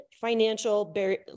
financial